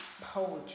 poetry